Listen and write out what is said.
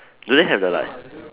do they have the like